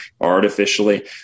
Artificially